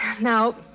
now